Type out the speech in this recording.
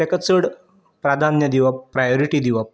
तेका चड प्राधान्य दिवप प्रायोरिटी दिवप